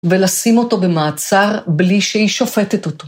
ולשים אותו במעצר בלי שהיא שופטת אותו.